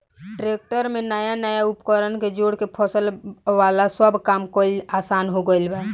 tractor में नया नया उपकरण के जोड़ के फसल वाला सब काम कईल आसान हो गईल बा